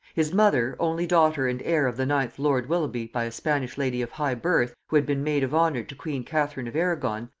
his mother, only daughter and heir of the ninth lord willoughby by a spanish lady of high birth who had been maid of honor to queen catherine of arragon,